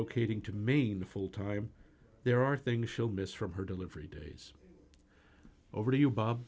locating to maine full time there are things she'll miss from her delivery days over to you bob